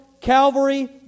Calvary